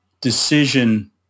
decision